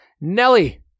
Nelly